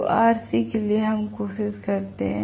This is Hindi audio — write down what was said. तो Rc के लिए हम कोशिश करते हैं